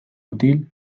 mutil